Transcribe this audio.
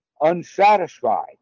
unsatisfied